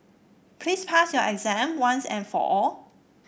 please pass your exam once and for all